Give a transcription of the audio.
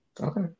Okay